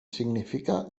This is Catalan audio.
significa